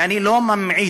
ואני לא ממעיט,